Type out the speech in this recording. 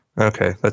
okay